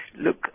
look